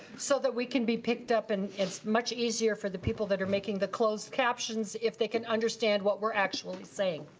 so that we can be picked up and it's much easier for the people that are making the closed captions if they can understand what we're actually saying.